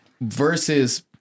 versus